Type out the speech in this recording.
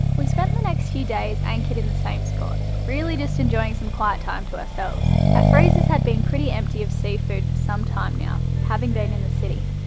we spent the next few days anchored in the same spot. really just enjoying some quiet time to ourselves. our ah freezers had been pretty empty of seafood for some time now, having been in the city.